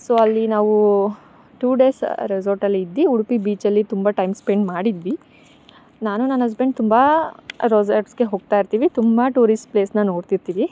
so ಅಲ್ಲಿ ನಾವು two days ರೆಸಾರ್ಟ್ಲ್ಲಿ ಇದ್ದು ಉಡುಪಿ ಬೀಚಲ್ಲಿ ತುಂಬ ಟೈಮ್ ಸ್ಪೆಂಡ್ ಮಾಡಿದ್ವಿ ನಾನು ನನ್ನ ಅಸ್ಬೆಂಡ್ ತುಂಬ ರೆಸಾರ್ಟ್ಸ್ಗೆ ಹೋಗ್ತಾ ಇರ್ತೀವಿ ತುಂಬ ಟೂರಿಸ್ಟ್ ಪ್ಲೇಸ್ನ ನೋಡ್ತಿರ್ತೀವಿ